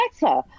better